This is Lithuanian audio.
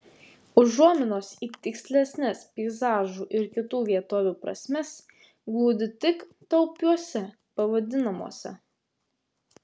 užuominos į tikslesnes peizažų ir kitų vietovių prasmes glūdi tik taupiuose pavadinimuose